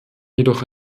jedoch